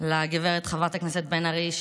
לגברת חברת הכנסת בן ארי,